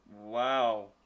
Wow